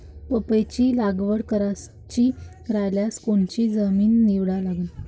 पपईची लागवड करायची रायल्यास कोनची जमीन निवडा लागन?